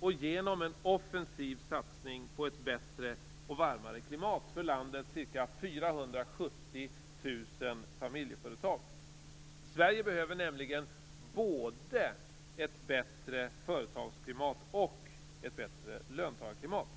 och genom en offensiv satsning på ett bättre och varmare klimat för landets ca 470 000 familjeföretag. Sverige behöver nämligen både ett bättre företagarklimat och ett bättre löntagarklimat.